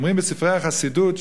אומרים בספרי החסידות,